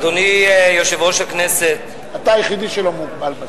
אדוני יושב-ראש הכנסת, אתה היחיד שלא מוגבל בזמן.